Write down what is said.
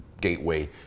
gateway